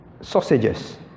sausages